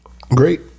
Great